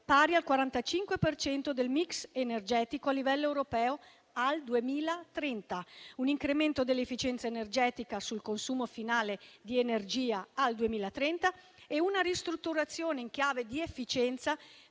per cento del *mix* energetico a livello europeo al 2030; un incremento dell'efficienza energetica sul consumo finale di energia al 2030 e una ristrutturazione in chiave di efficienza